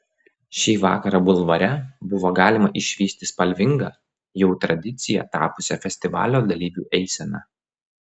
šį vakarą bulvare buvo galima išvysti spalvingą jau tradicija tapusią festivalio dalyvių eiseną